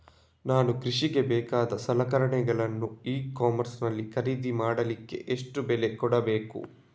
ನಾನು ಕೃಷಿಗೆ ಬೇಕಾದ ಸಲಕರಣೆಗಳನ್ನು ಇ ಕಾಮರ್ಸ್ ನಲ್ಲಿ ಖರೀದಿ ಮಾಡಲಿಕ್ಕೆ ಎಷ್ಟು ಬೆಲೆ ಕೊಡಬೇಕು?